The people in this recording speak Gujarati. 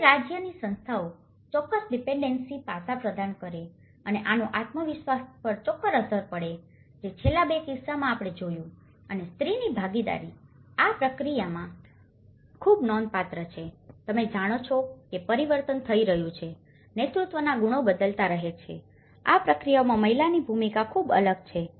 જ્યારે રાજ્યની સંસ્થાઓ ચોક્કસ ડીપેનડેન્સીના પાસા પ્રદાન કરે છે અને આનો આત્મવિશ્વાસ પર ચોક્કસ અસર પડે છે જે છેલ્લા બે કિસ્સાઓમાં આપણે જોયુ છે અને સ્ત્રીઓની ભાગીદારી આ પ્રક્રિયામાં ખૂબ નોંધપાત્ર છે તમે જાણો છો કે પરિવર્તન થઈ રહ્યું છે નેતૃત્વના ગુણો બદલાતા રહે છે આ પ્રક્રિયામાં મહિલાઓની ભૂમિકા ખૂબ જ અલગ છે